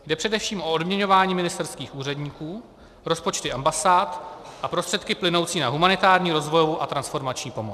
Jde především o odměňování ministerských úředníků, rozpočty ambasád a prostředky plynoucí na humanitární, rozvojovou a transformační pomoc.